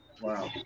Wow